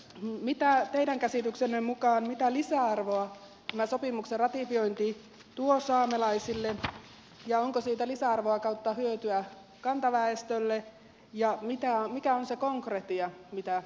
mitä lisäarvoa teidän käsityksenne mukaan tämän sopimuksen ratifiointi tuo saamelaisille ja onko siitä lisäarvoa tai hyötyä kantaväestölle ja mikä on se konkretia mitä se tuo